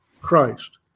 Christ